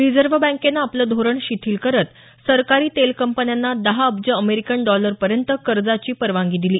reserve बँकेनं आपलं धोरण शिथील करत सरकारी तेल कंपन्यांना दहा अब्ज अमेरिकन डॉलर्सपर्यंत कर्जाची परवानगी दिली